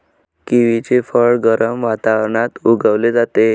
किवीचे फळ गरम वातावरणात उगवले जाते